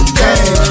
game